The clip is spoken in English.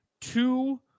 two